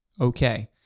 okay